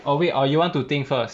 or wait you want to think first